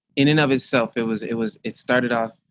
in and of itself, it was it was it started off